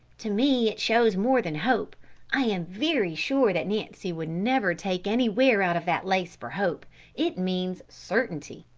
to me it shows more than hope i am very sure that nancy would never take any wear out of that lace for hope it means certainty!